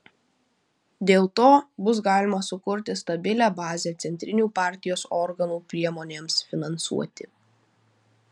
dėl to bus galima sukurti stabilią bazę centrinių partijos organų priemonėms finansuoti